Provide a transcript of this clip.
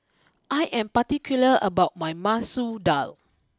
I am particular about my Masoor Dal